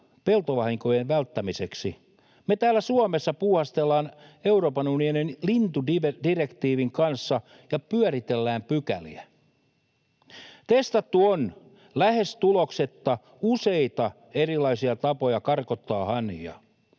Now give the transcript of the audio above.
peltovahinkojen välttämiseksi, me täällä Suomessa puuhastellaan Euroopan unionin lintudirektiivin kanssa ja pyöritellään pykäliä. Testattu on lähes tuloksetta useita erilaisia tapoja karkottaa hanhia.